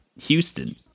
Houston